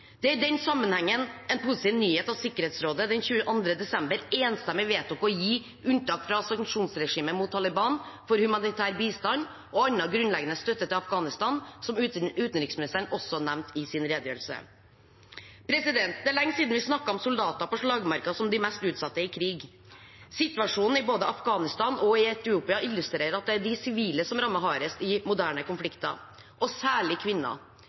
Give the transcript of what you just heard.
Det er i den sammenhengen en positiv nyhet at Sikkerhetsrådet den 22. desember enstemmig vedtok å gi unntak fra sanksjonsregimet mot Taliban for humanitær bistand, og for annen grunnleggende støtte til Afghanistan som utenriksministeren også nevnte i sin redegjørelse. Det er lenge siden vi snakket om soldater på slagmarken som de mest utsatte i krig. Situasjonen både i Afghanistan og i Etiopia illustrerer at det er de sivile som rammes hardest i moderne konflikter, og særlig kvinner.